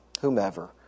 whomever